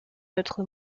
notre